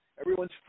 everyone's